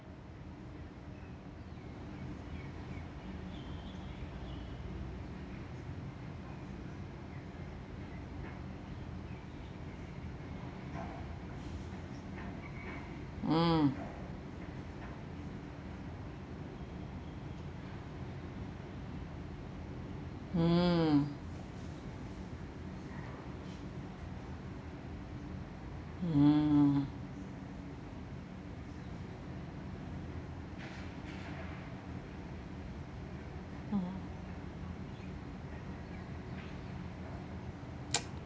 mm hmm hmm hmm